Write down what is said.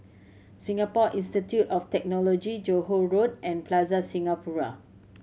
Singapore Institute of Technology Johore Road and Plaza Singapura